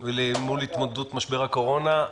אל מול ההתמודדות עם משבר הקורונה,